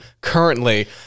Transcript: currently